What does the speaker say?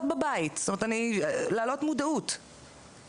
כלומר, העלאת מודעות בקרב ההורים.